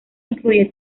incluye